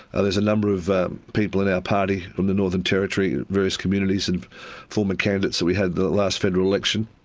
ah there's a number of people in our party from the northern territory, various communities, and former candidates that we had in the last federal election.